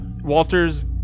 Walter's